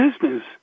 business